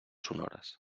sonores